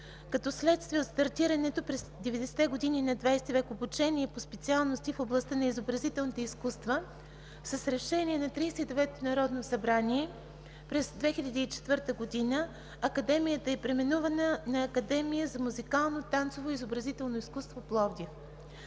Като следствие от стартиралото през 90-те години на XX век обучение по специалности в областта на изобразителните изкуства с решение на 39-ото Народно събрание през 2004 г. Академията е преименувана на Академия за музикално, танцово и изобразително изкуство – Пловдив.